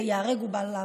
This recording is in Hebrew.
זה ייהרג ובל יעבור.